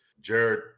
Jared